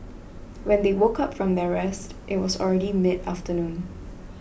when they woke up from their rest it was already mid afternoon